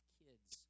kids